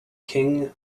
king